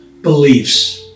beliefs